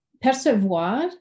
percevoir